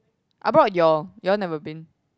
I brought your you all never been